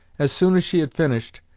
as soon as she had finished,